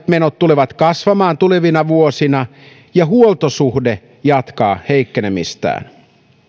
menot tulevat kasvamaan tulevina vuosina ja huoltosuhde jatkaa heikkenemistään